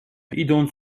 idąc